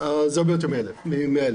זה הרבה יותר מ-100,000.